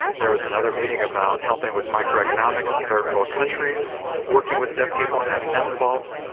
there was another meeting about helping with microeconomics in third world countries, working with deaf people and having them involved,